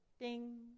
ding